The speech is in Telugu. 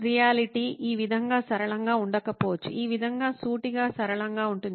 రియాలిటీ ఈ విధంగా సరళంగా ఉండకపోవచ్చు ఈ విధంగా సూటిగా సరళంగా ఉంటుంది